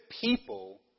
people